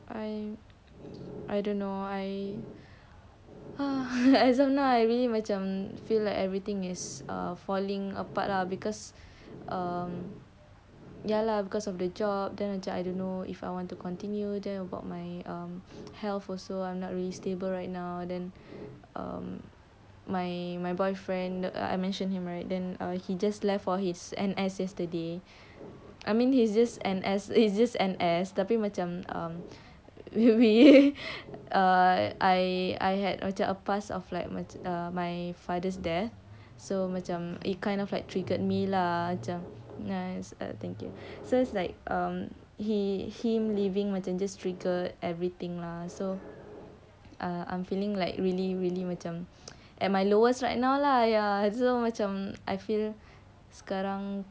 I I don't know why I as of now I really macam feel like everything is err falling apart lah because um ya lah because of the job then until I don't know if I want to continue then about my health also I'm not really stable right now then um my my boyfriend I mention him right then he just left for his N_S yesterday I mean he's just N_S it's just N_S tapi macam I had a past of like my err my father's death so macam it kind of like triggered me lah just macam ya that's what I'm thinking so like um he him leaving my changes trigger everything lah so err I'm feeling like really really macam at my lowest right now lah ya so macam I feel sekarang